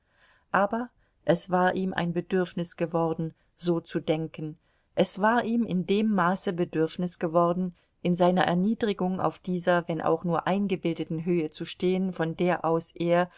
aber es war ihm ein bedürfnis geworden so zu denken es war ihm in dem maße bedürfnis geworden in seiner erniedrigung auf dieser wenn auch nur eingebildeten höhe zu stehen von der aus er